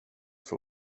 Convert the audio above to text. för